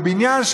בניין,